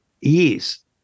Yes